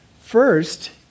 First